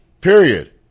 Period